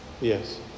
yes